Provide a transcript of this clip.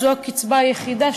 זו הקצבה היחידה,